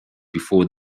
before